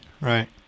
right